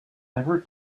ever